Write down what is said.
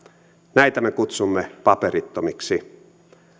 heitä me kutsumme paperittomiksi